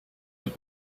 have